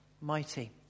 mighty